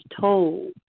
told